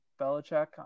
Belichick